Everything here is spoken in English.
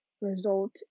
result